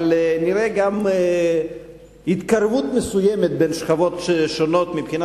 אבל נראה גם התקרבות מסוימת בין שכבות שונות מבחינה